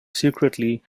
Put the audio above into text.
secretly